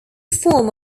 form